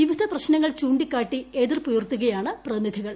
വിവിധ പ്രശ്നങ്ങൾ ചൂണ്ടിക്കാട്ടി എതിർപ്പുയർത്തുകയാണ് പ്രതിനിധികൾ